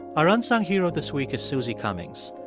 our unsung hero this week is susie cummings.